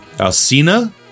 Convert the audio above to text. Alcina